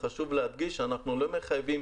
חשוב להדגיש שאנחנו לא מחייבים